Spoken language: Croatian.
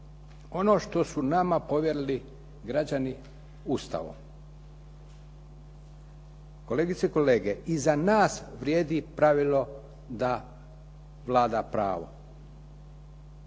ono što su nama povjerili građani Ustavom. Kolegice i kolege i za nas vrijedi pravilo da vlada pravo,